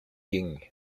jin